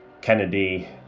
Kennedy